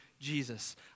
Jesus